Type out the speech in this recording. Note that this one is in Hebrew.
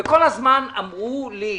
וכל הזמן משרד האוצר אמרו לי ולאחרים: